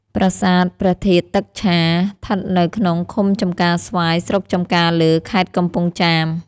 ប្រាសាទ ព្រះធាតុទឹកឆា ឋិតនៅក្នុងឃុំចំការស្វាយ ស្រុកចំការលើ ខេត្ត កំពង់ចាម ។